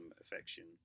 affection